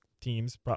teams